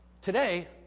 today